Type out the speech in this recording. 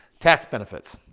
tax benefits.